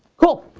cool.